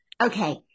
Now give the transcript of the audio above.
Okay